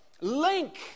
Link